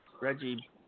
Reggie